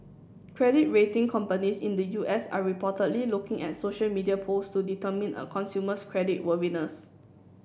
credit rating companies in the U S are reportedly looking at social media posts to determine a consumer's credit worthiness